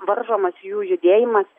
varžomas jų judėjimas